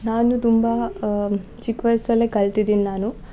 ನಾನು ತುಂಬ ಚಿಕ್ಕ ವಯಸ್ಸಲ್ಲೇ ಕಲ್ತಿದ್ದೀನಿ ನಾನು